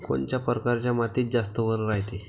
कोनच्या परकारच्या मातीत जास्त वल रायते?